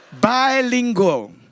Bilingual